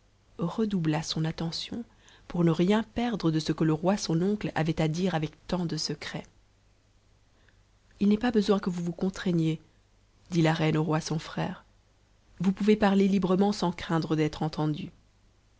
redoubla son attention pour ne rien perdre de ce que le roi son oncle avait à dire avec tant de secret a u n'est pas besoin que vous vous contraigniez dit la reine au roi son frère vous pouvez parler librement sans craindre d'être entendu